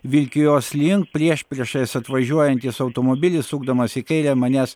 vilkijos link priešpriešiais atvažiuojantis automobilis sukdamas į kairę manęs